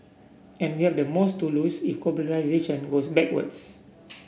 and we have the most to lose if globalisation goes backwards